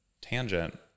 tangent